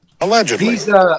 Allegedly